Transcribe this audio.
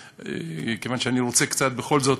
כי אני רוצה בכל זאת